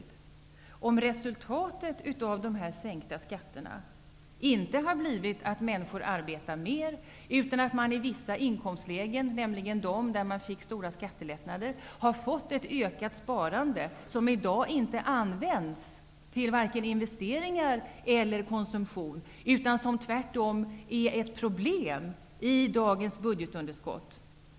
Det är väl inte positivt om resultatet av de sänkta skatterna inte har blivit att människor arbetar mer utan att det i stället i vissa inkomstlägen, nämligen de med stora skattelättnader, har blivit ett ökat sparande, som i dag inte används till vare sig investeringar eller konsumtion utan tvärtom är ett problem i dagens budgetunderskott?